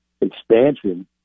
expansion